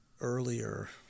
earlier